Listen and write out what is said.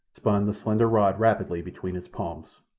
spun the slender rod rapidly between his palms.